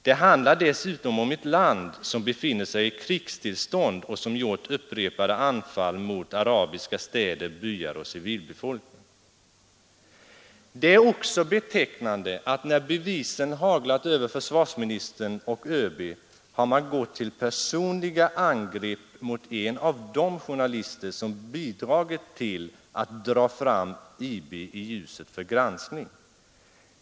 Det handlar dessutom om ett land som befinner sig i krigstillstånd och som har gjort upprepade anfall mot arabiska städer, byar och civilbefolkning. Det är också betecknande att när bevisen haglat över försvarsministern och ÖB har man gått till personliga angrepp mot en av de jornalister som bidragit till att dra fram IB i ljuset för granskning.